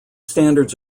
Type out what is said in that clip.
standards